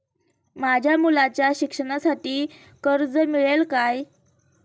माझ्या मुलाच्या शिक्षणासाठी कर्ज मिळेल काय?